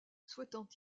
souhaitant